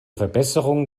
verbesserung